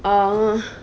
err